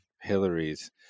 Hillary's